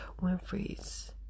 Winfrey's